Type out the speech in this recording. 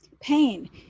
pain